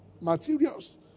Materials